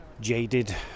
jaded